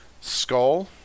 skull